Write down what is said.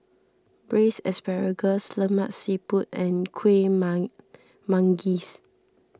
Braised Asparagus Lemak Siput and Kueh Manggis